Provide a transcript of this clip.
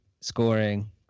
scoring